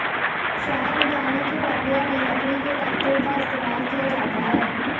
शहद निकालने की प्रक्रिया में लकड़ी के तख्तों का इस्तेमाल किया जाता है